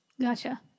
Gotcha